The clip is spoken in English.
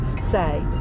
say